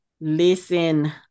listen